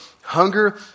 hunger